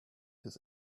his